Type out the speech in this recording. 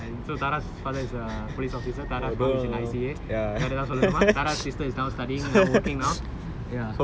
and so taras father is a police officer and taras mum is in I_C_A and வேற எதாவது சொல்லனுமா:vera ethaavathu sollanuma taras sister is now studying now working now ya